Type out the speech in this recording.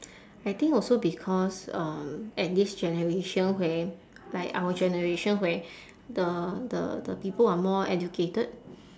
I think also because um at this generation where like our generation where the the the people are more educated